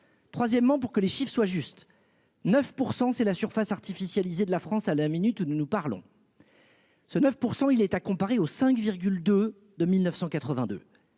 Troisièmement, pour que les chiffre soit juste 9% c'est la surface artificialisées de la France à la minute où nous nous parlons. Ce 9% il est à comparer aux 5. De de 1982.